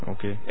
Okay